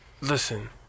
Listen